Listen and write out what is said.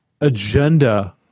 agenda